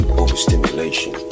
overstimulation